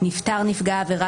נפטר נפגע עבירה,